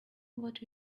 what